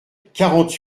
quarante